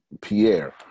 Pierre